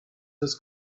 his